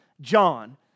John